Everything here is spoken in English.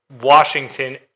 Washington